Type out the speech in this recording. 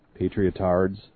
patriotards